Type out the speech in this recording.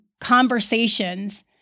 conversations